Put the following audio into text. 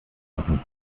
machen